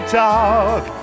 talk